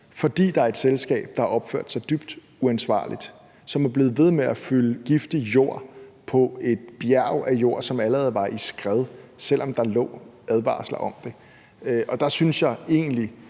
fordi der er et selskab, der har opført sig dybt uansvarligt; som er blevet ved med at fylde giftig jord på et bjerg af jord, som allerede var i skred, selv om der lå advarsler om det. Der synes jeg egentlig,